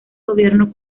gobierno